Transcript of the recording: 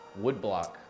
woodblock